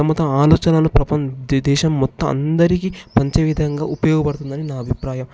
తమ తమ ఆలోచనలను ప్రపం దేశం మొత్తం అందరిక పంచే విధంగా ఉపయోగపడుతుంది అని నా అభిప్రాయం